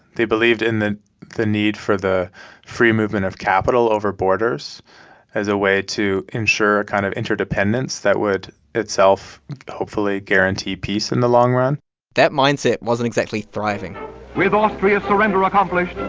they believed in the the need for the free movement of capital over borders as a way to ensure a kind of interdependence that would itself hopefully guarantee peace in the long run that mindset wasn't exactly thriving with austria's surrender accomplished,